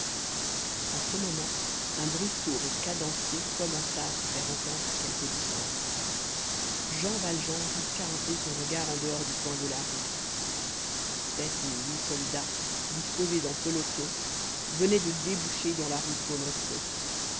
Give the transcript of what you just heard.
en ce moment un bruit sourd et cadencé commença à se faire entendre à quelque distance jean valjean risqua un peu son regard en dehors du coin de la rue sept ou huit soldats disposés en peloton venaient de déboucher dans la rue polonceau